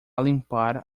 limpar